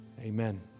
Amen